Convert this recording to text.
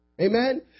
amen